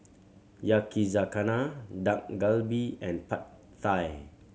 Yakizakana Dak Galbi and Pad Thai